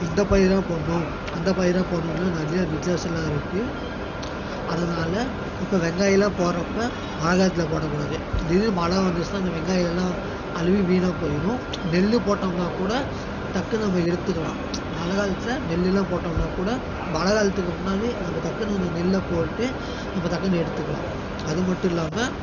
இந்த பயிர் தான் போடணும் அந்த பயிர் தான் போடணுன்லாம் நிறையா வித்தியாசமெல்லாம் இருக்கு அதனால் இப்போ வெங்காயமெல்லாம் போடுறப்ப மழை நேரத்தில் போடக்கூடாது திடீர்னு மழை வந்துச்சுன்னா அந்த வெங்காயம் எல்லாம் அழுகி வீணாக போயிடும் நெல் போட்டோம்னா கூட டக்குனு நம்ம எடுத்துக்கலாம் மழைக் காலத்துல நெல்லுலாம் போட்டோம்னா கூட மழைக் காலத்துக்கு முன்னாடி நம்ம டக்குனு அந்த நெல்லை போட்டு நம்ம டக்குனு எடுத்துக்கலாம் அது மட்டும் இல்லாமல்